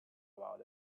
about